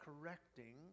correcting